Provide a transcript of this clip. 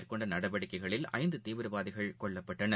மேற்கொண்டநடவடிக்கைகளில் ஐந்துதீவிரவாதிகள் கொல்லப்பட்டனர்